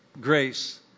grace